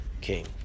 king